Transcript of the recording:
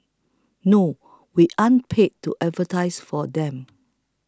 no we aren't paid to advertise for them